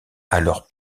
alors